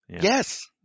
Yes